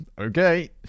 okay